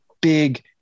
big